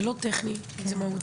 זה לא טכני, זה מהותי.